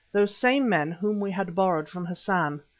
those same men whom we had borrowed from hassan.